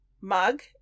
mug